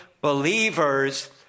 believers